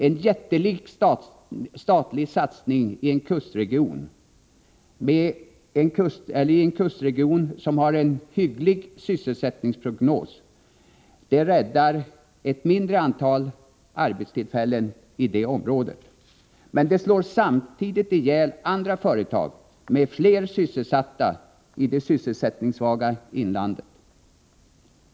En jättelik statlig satsning i en kustregion med en hygglig sysselsättningsprognos räddar ett mindre antal arbetstillfällen i det området men slår samtidigt ihjäl andra företag med fler sysselsatta i det sysselsättningssvaga inlandet.